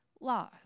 laws